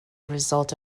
result